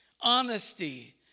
Honesty